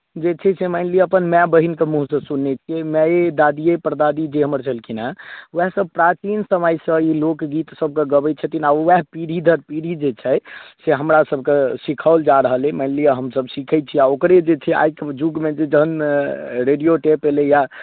जे छै से मानि लिअ अपन माय बहिनके मुँहसँ सुनने छियै माये दादिये परदादिये जे हमर छलखिन हेँ उएहसभ प्राचीन समयसँ ई लोकगीत सभके गबैत छथिन उएह पीढ़ी दर पीढ़ी जे छै से हमरासभके सिखाओल जा रहल अइ मानि लिअ हमसभ सिखैत छी आ ओकरे जे छै आइ के युगमे जखन रेडियो टेप एलैए